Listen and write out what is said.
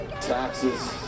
Taxes